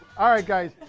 alright guys!